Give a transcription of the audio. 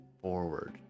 forward